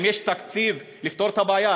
אם יש תקציב לפתור את הבעיה,